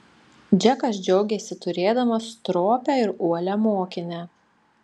džekas džiaugėsi turėdamas stropią ir uolią mokinę